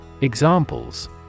Examples